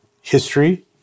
history